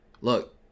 look